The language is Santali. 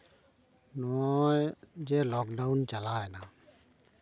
ᱱᱚᱜᱼᱚᱭ ᱡᱮ ᱞᱚᱠᱰᱟᱣᱩᱱ ᱪᱟᱞᱟᱣ ᱮᱱᱟ